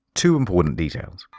two important details.